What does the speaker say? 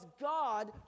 God